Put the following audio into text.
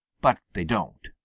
but they don't.